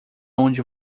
onde